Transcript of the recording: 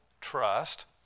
trust